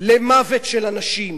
למוות של אנשים,